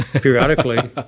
periodically